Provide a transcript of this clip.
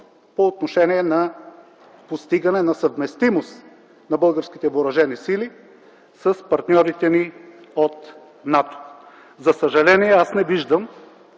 по отношение на постигане на съвместимост на българските въоръжени сили с партньорите ни от НАТО. За съжаление, аз не виждам